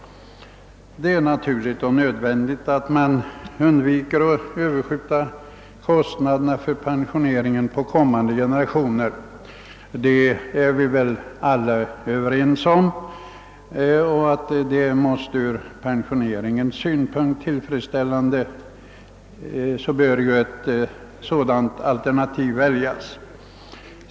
Det är naturligt och nödvändigt att man undviker att överflytta kostnaderna för pensioneringen på kommande generationer. Detta är vi väl alla överens om, och om en sådan princip med hänsyn till pensionssystemets uppbyggnad är tillfredsställande bör vi gå in för den.